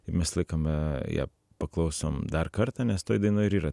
mes laikome ją paklausom dar kartą nes toj dainoj ir yra